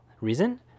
reason